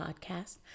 podcast